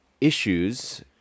issues